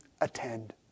attend